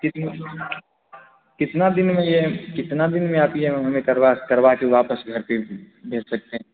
कितना दिन में ये कितना दिन में आप ये हमें करवा करवा के वापस घर पे दे सकते हैं